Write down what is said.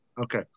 okay